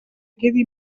quedi